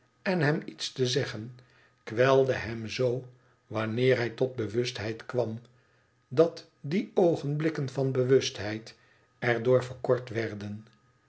en hem iets te zeggen kwelde hem zoo wanneer hij tot bewustheid kwam dat die oogenblikken van bewustheid er door verkort werden